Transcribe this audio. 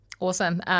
Awesome